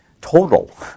total